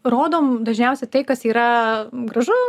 rodom dažniausiai tai kas yra gražu